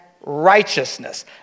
righteousness